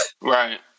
Right